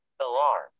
Alarm